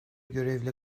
görevle